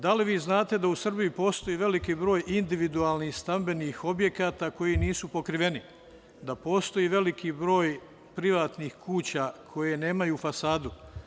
Da li znate da u Srbiji postoji veliki broj individualnih stambenih objekata koji nisu pokriveni, da postoji veliki broj privatnih kuća koje nemaju fasadu?